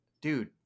dude